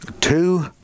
two